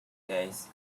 days